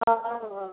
ହଉ ହଉ